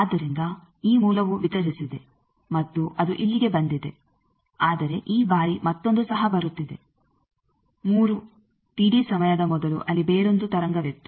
ಆದ್ದರಿಂದ ಈ ಮೂಲವು ವಿತರಿಸಿದೆ ಮತ್ತು ಅದು ಇಲ್ಲಿಗೆ ಬಂದಿದೆ ಆದರೆ ಈ ಬಾರಿ ಮತ್ತೊಂದು ಸಹ ಬರುತ್ತಿದೆ 3 ಸಮಯದ ಮೊದಲು ಅಲ್ಲಿ ಬೇರೊಂದು ತರಂಗವಿತ್ತು